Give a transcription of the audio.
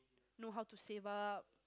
know how to save up